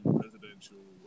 presidential